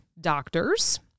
doctors